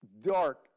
dark